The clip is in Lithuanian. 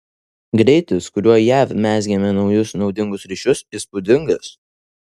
greitis kuriuo jav mezgėme naujus naudingus ryšius įspūdingas